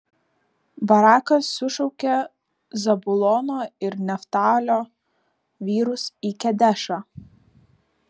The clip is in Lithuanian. barakas sušaukė zabulono ir neftalio vyrus į kedešą